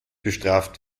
bestraft